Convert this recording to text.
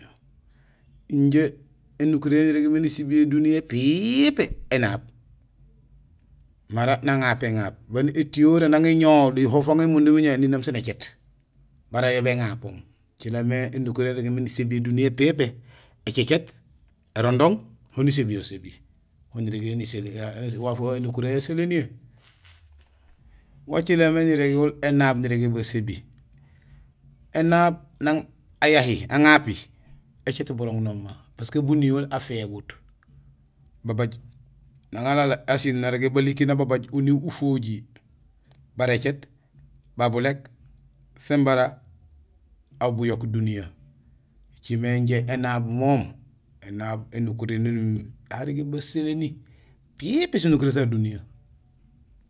Injé énukuréén yaan irégmé nisébiyé duniya pépé énaab. Mara nañapé ñap baan étiyoree nang iñohol, yo fang imundum iñohol ininoom sin écéét bala yo béŋapoom. Yo écilaam mé énukuréén yaan irégmé nisébiyé duniya pépé; écécéét, érondong, ho nisébiyo sébi. Ho nirégmé nisébiyé waaf wawu, énukuréén yaseléniyé. Wa cilaam mé nurégul énaab nirégé basébi; énaab nang ayahi; aŋapi; écéét burong noma parce que buniwol afégut. Babaaj; nang alaal asiil narégé balikiib nababaaj uniiw ufojiir: bara écéét, ba buléék sin bara aw buyok duniyee. Ēcimé injé énaab moom; énaab énukuréén yaan imimé ha arégé baseléni pépé sinukuréén sa duniyee.